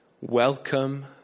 welcome